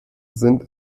sind